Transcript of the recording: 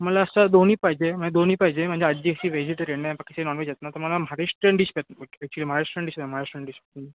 मला असं दोन्ही पाहिजे म्हणजे दोन्ही पाहिजे म्हणजे आजी अशी वेजिटेरियन आहे ना बाकीची नॉनव्हेज आहेत ना तर मला म्हाराष्ट्रीयन डिश पाहिजेत ॲक्चुअली म्हाराष्ट्रीयन डिश आहेत महाराष्ट्रीयन डिश पण